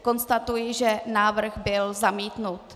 Konstatuji, že návrh byl zamítnut.